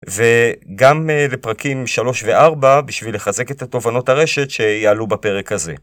וגם לפרקים 3 ו-4 בשביל לחזק את התובנות הרשת שיעלו בפרק הזה.